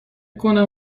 کنم